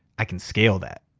i can scale that.